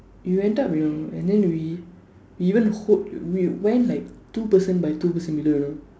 you went up you know and then we we even hold we went like two person by two person below you know